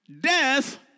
Death